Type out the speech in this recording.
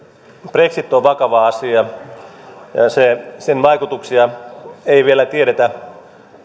brexit on vakava asia sen vaikutuksia ei vielä tiedetä